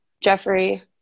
Jeffrey